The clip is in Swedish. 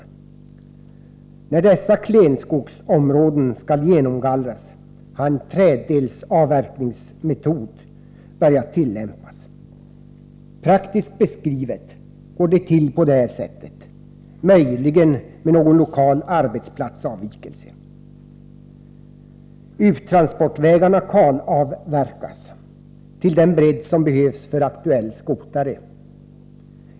En träddelsavverkningsmetod har börjat tillämpas för genomgallring av dessa klenskogsområden. Praktiskt går arbetet till på följande sätt, möjligen med någon lokal arbetsplatsavvikelse: Uttransportvägarna kalavverkas till den bredd som behövs för aktuell skotare.